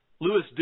Lewis